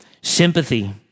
sympathy